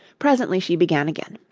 presently she began again.